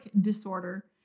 disorder